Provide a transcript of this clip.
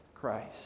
Christ